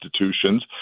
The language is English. institutions